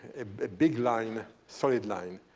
a big line, solid line.